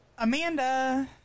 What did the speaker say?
Amanda